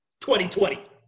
2020